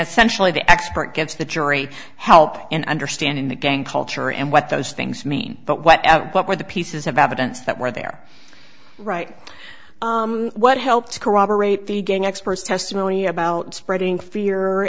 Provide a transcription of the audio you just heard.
essentially the expert gets the jury help in understanding the gang culture and what those things mean but what were the pieces of evidence that were there right what helped to corroborate the gang expert testimony about spreading fear